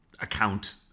Account